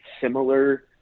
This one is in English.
similar